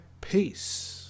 Peace